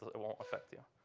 it won't affect you.